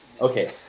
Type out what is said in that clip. Okay